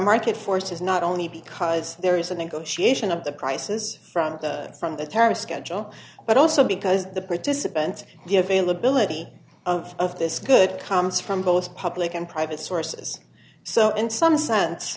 market forces not only because there is a negotiation of the prices from the from the terrorist schedule but also because the bridges a bent the availability of of this good comes from both public and private sources so in some sense